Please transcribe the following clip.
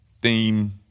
theme